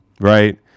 right